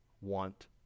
want